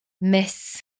miss